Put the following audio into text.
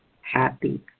happy